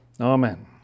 Amen